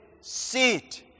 sit